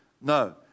No